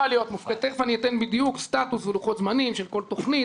תכף אני אתן בדיוק סטטוס ולוחות זמנים של כל תוכנית,